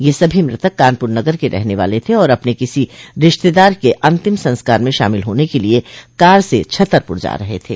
यह सभी मृतक कानपुर नगर के रहने वाले थे और अपने किसी रिश्तेदार के अंतिम संस्कार में शामिल होने के लिये कार से छतरपुर जा रहे थे